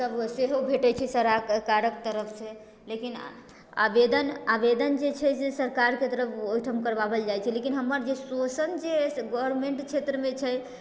सेहो भेटै छै सरकार तरफसँ लेकिन आवेदन जे छै से सरकारके तरफ ओहिठाम करबाएल जाइ छै लेकिन हमर जे शोषण जे एहिसँ गवर्न्मेंट क्षेत्रमे छै